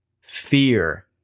fear